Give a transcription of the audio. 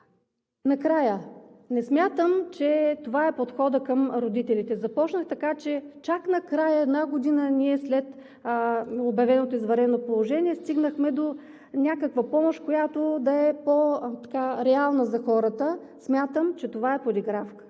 Накрая, не смятам, че това е подходът към родителите. Започнах така, че чак накрая, една година след обявеното извънредно положение стигнахме до някаква помощ, която да е по реална за хората. Смятам, че това е подигравка